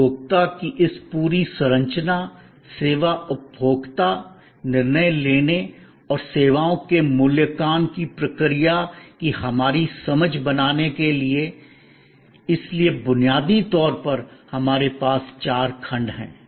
उपभोक्ता की इस पूरी संरचना सेवा उपभोक्ता निर्णय लेने और सेवाओं के मूल्यांकन की प्रक्रिया की हमारी समझ बनाने के लिए इसलिए बुनियादी तौर पर हमारे पास चार खंड हैं